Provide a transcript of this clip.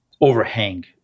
overhang